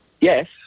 Yes